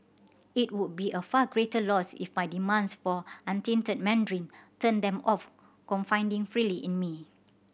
it would be a far greater loss if my demands for untainted Mandarin turned them off confiding freely in me